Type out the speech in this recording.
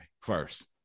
first